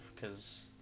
cause